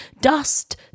dust